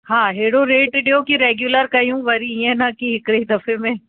हा अहिड़ो रेट ॾियो कि रेगुलर कयूं वरी इअं न कि हिकिड़े दफ़े में